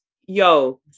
yo